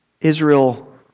Israel